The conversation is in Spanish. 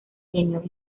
genio